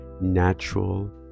natural